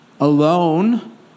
Alone